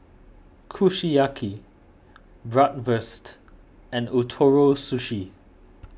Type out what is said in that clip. Kushiyaki Bratwurst and Ootoro Sushi